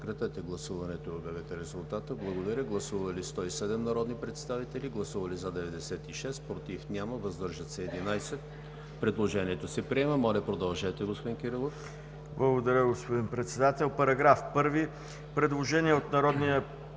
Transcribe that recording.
Предложението се приема.